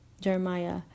Jeremiah